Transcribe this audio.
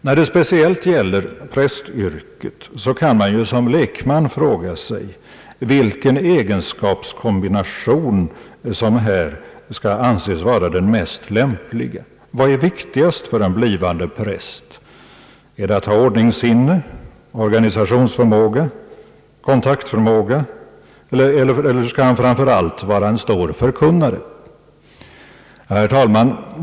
När det speciellt gäller prästyrket kan man som lekman fråga sig, vilken egenskapskombination som här skall anses vara den mest lämpliga. Vad är viktigast för en blivande präst? Är det att ha ordningssinne, organisationsförmåga, kontaktförmåga? Eller skall han framför allt vara en stor förkunnare? Herr talman!